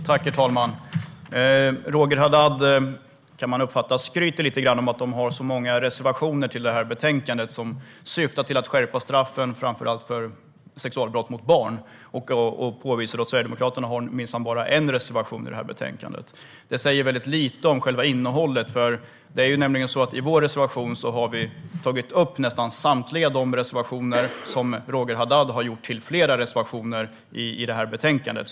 Herr talman! Det kan uppfattas som att Roger Haddad skryter över att Liberalerna har så många reservationer till betänkandet som syftar till att skärpa straffen för framför allt sexualbrott mot barn. Han påvisar då att Sverigedemokraterna minsann bara har en reservation till betänkandet. Det säger väldigt lite om själva innehållet. I vår reservation har vi tagit upp nästan samtliga de reservationer som Roger Haddad har gjort till flera reservationer i betänkandet.